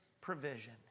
provision